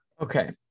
Okay